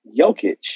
Jokic